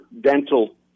dental